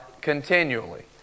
continually